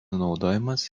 naudojamas